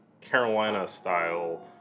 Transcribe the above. Carolina-style